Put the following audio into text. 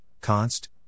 const